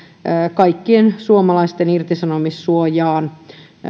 kaikkien suomalaisten irtisanomissuojaan